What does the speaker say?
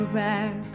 back